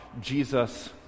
Jesus